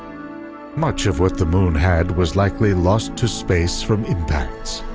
much of what the moon had was likely lost to space from impacts.